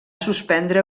suspendre